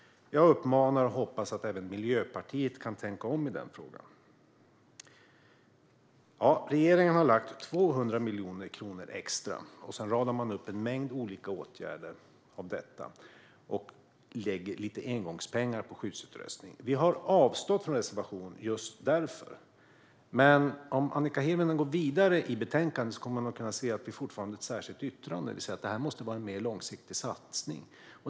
Jag uppmanar Miljöpartiet att tänka om i den frågan. Regeringen har lagt 200 miljoner extra. Så radar man upp en mängd olika åtgärder som detta ska räcka till och lägger lite engångspengar på skyddsutrustning. Vi har avstått från reservation just därför. Men om Annika Hirvonen Falk läser vidare i betänkandet kommer hon att se att vi fortfarande har ett särskilt yttrande där vi säger att detta måste vara en mer långsiktig satsning.